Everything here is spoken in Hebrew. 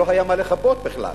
לא היה מה לכבות בכלל.